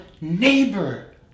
neighbor